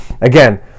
Again